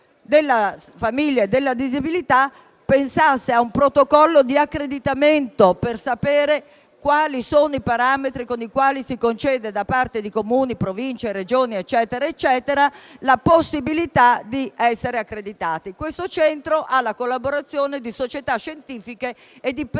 per la famiglia e le disabilità pensasse a un protocollo di accreditamento per sapere quali sono i parametri con i quali Comuni, Province e Regioni concedono la possibilità di essere accreditati. Questo centro ha la collaborazione di società scientifiche e di